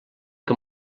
que